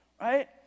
right